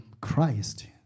Christ